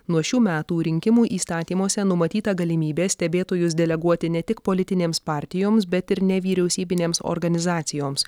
nuo šių metų rinkimų įstatymuose numatyta galimybė stebėtojus deleguoti ne tik politinėms partijoms bet ir nevyriausybinėms organizacijoms